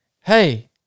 Hey